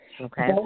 okay